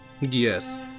Yes